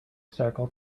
circle